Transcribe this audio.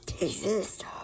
exist